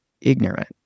ignorant